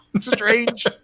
strange